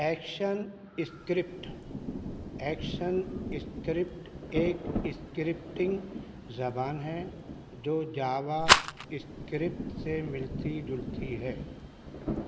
action script action script ایک scripting زبان ہے جو جاوا اسکرپٹ سے ملتی جلتی ہے